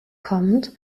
kommend